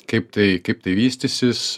kaip tai kaip tai vystysis